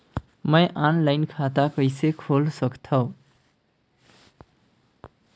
मैं ऑनलाइन खाता कइसे खोल सकथव?